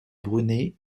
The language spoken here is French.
brunet